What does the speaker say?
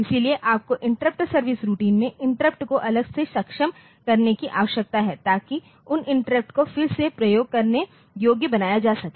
इसलिए आपको interrupt service routine में इंटरप्ट को अलग से सक्षम करने की आवश्यकता है ताकि उन इंटरप्ट को फिर से प्रयोग करने योग्य बनाया जा सके